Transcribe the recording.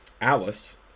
Alice